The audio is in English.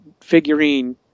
figurine